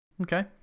Okay